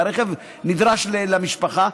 והרכב נדרש למשפחה,